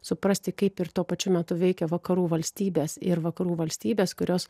suprasti kaip ir tuo pačiu metu veikia vakarų valstybės ir vakarų valstybės kurios